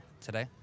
today